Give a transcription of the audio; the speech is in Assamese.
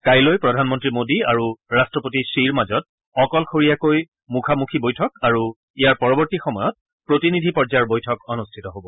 কাইলৈ প্ৰধানমন্ত্ৰী মোদী আৰু ৰাট্টপতি শ্বিৰ মাজত অকলশৰীয়াকৈ মুখামুখি বৈঠক আৰু ইয়াৰ পৰৱৰ্তী সময়ত প্ৰতিনিধি পৰ্যায়ৰ বৈঠক অনুষ্ঠিত হব